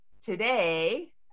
today